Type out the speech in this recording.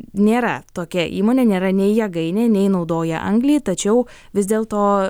nėra tokia įmonė nėra nei jėgainė nei naudoja anglį tačiau vis dėl to